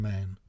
Man